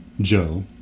Joe